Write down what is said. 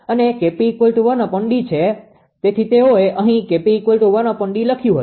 તેથી તેઓએ અહી 𝐾𝑝1𝐷 લખ્યું હતું